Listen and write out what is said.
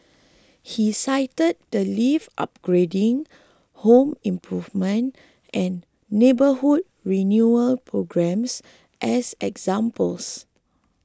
he cited the lift upgrading home improvement and neighbourhood renewal programmes as examples